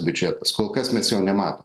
biudžetas kol kas mes jo nematom